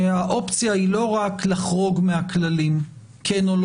האופציה היא לא רק לחרוג מהכללים או לא,